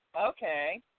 okay